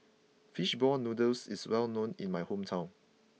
Fish Ball Noodles is well known in my hometown